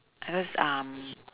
because um